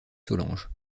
solange